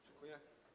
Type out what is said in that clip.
Dziękuję.